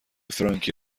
فرانکی